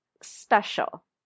special